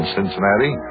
Cincinnati